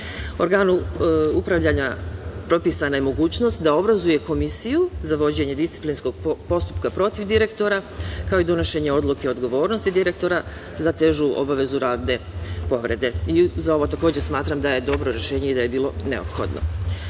Organu upravljanja propisana je mogućnost da obrazuje Komisiju za vođenje disciplinskog postupka protiv direktora, kao i donošenje odluke odgovornosti direktora za težu obavezu radne povrede. Za ovo, takođe smatram da je dobro rešenje i da je bilo neophodno. Predlog